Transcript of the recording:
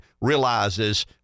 realizes